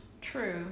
True